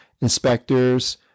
inspectors